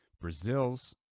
Brazil's